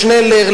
שנלר,